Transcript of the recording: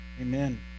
amen